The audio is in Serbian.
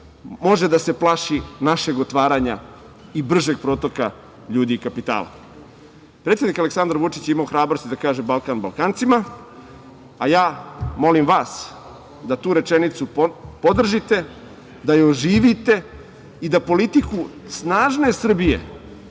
može da se plaši našeg otvaranja i bržeg protoka ljudi i kapitala. Predsednik Aleksandar Vučić je imao hrabrosti da kaže – Balkan Balkancima, a ja molim vas da tu rečenicu podržite, da je oživite i da politiku snažne Srbije,